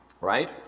right